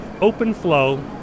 OpenFlow